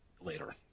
later